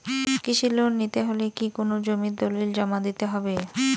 কৃষি লোন নিতে হলে কি কোনো জমির দলিল জমা দিতে হবে?